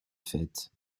fêtes